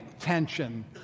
tension